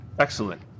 Excellent